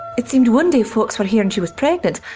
it seemed one day folks were hearin' she was pregnant,